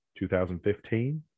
2015